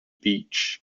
beach